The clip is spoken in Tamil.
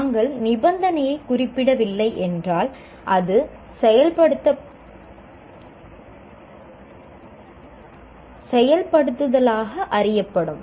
நாங்கள் நிபந்தனையை குறிப்பிடவில்லை என்றால் அது செயல்படுத்துதலாக அறியப்படும்